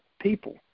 people